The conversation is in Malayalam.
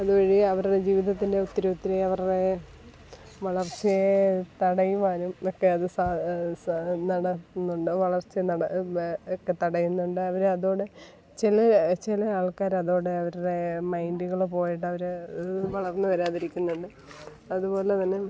അതുവഴി അവരുടെ ജീവിതത്തിൻ്റെ ഒത്തിരി ഒത്തിരി അവരുടെ വളർച്ചയെ തടയുവാനും ഒക്കെ അത് എന്താണ് ന്നുണ്ട് വളർച്ച നട ഒക്കെ തടയുന്നുണ്ട് അവർ അതോടെ ചില ചില ആൾക്കാർ അതോടെ അവരുടെ മൈൻഡ്കൾ പോയിട്ട് അവർ വളർന്ന് വരാതിരിക്കുന്നുണ്ട് അതുപോലെ തന്നെ